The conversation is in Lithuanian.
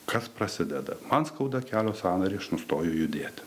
kas prasideda man skauda kelio sąnarį aš nustoju judėti